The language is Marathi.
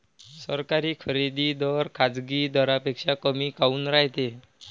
सरकारी खरेदी दर खाजगी दरापेक्षा कमी काऊन रायते?